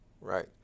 right